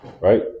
Right